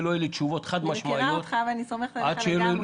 אני מכירה אותך ואני סומכת עליך לגמרי.